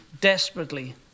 desperately